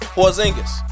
Porzingis